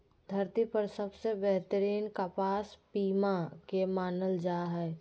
धरती पर सबसे बेहतरीन कपास पीमा के मानल जा हय